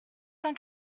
cent